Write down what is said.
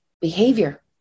behavior